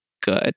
good